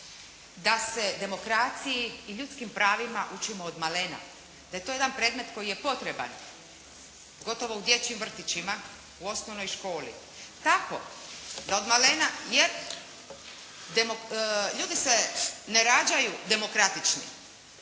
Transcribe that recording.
da se demokraciji i ljudskim pravima učimo od malena, da je to jedan predmet koji je potreban gotovo u dječjim vrtićima, u osnovnoj školi tako da od malena jer ljudi se ne rađaju demokratični.